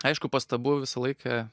aišku pastabų visą laiką